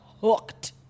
hooked